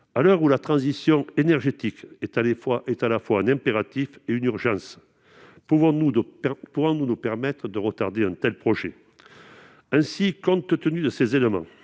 à l'heure où la transition énergétique est à la fois un impératif et une urgence, pouvons-nous nous permettre de retarder un tel projet ? Aussi, compte tenu de ces éléments,